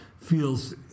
feels